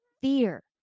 fear